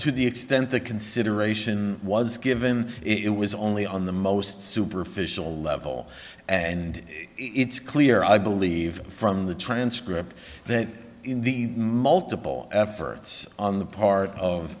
to the extent the consideration was given it was only on the most superficial level and it's clear i believe from the transcript that in these multiple efforts on the part of